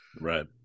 Right